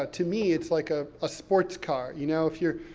ah to me, it's like a ah sports car. you know, if you're,